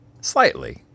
Slightly